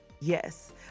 Yes